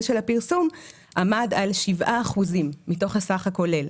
של הפרסום עמד על 7% מתוך הסך הכולל.